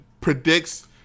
predicts